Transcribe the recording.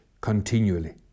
continually